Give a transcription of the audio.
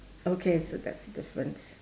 okay so that's the difference